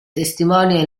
testimonia